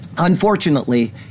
Unfortunately